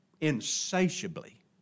insatiably